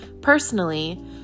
Personally